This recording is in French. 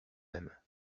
même